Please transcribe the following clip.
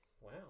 Wow